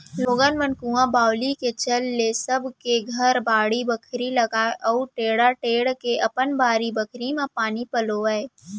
लोगन मन कुंआ बावली के चल ले सब के घर बाड़ी बखरी लगावय अउ टेड़ा टेंड़ के अपन बारी बखरी म पानी पलोवय